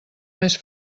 més